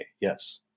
yes